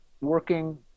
working